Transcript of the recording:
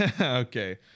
Okay